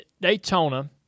Daytona